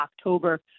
October